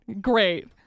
Great